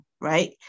right